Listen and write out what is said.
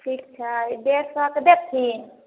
ठीक छै डेढ़ सएके दथिन